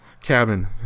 cabin